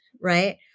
right